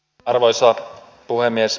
arvoisa puhemies